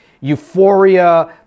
euphoria